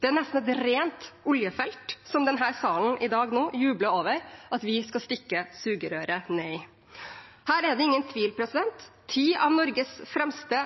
Det er nesten et rent oljefelt denne salen i dag jubler over at vi skal stikke sugerøret ned i. Her er det ingen tvil: Ti av Norges fremste